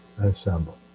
assemble